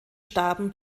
starben